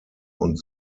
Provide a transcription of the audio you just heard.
und